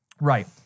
Right